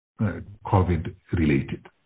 COVID-related